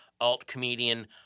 alt-comedian